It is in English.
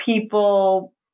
people